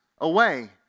away